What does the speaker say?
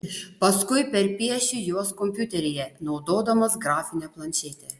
paskui perpiešiu juos kompiuteryje naudodamas grafinę planšetę